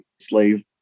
Slave